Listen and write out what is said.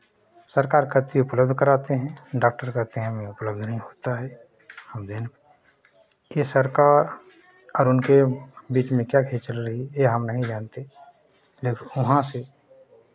सरकार कहती है उपलब्ध कराते हैं डाक्टर कहते हैं हमें उपलब्ध नहीं होता है हमें ये सरकार और उनके बीच में क्या कुछ चल रही ये हम नहीं जानते वहाँ से